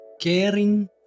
caring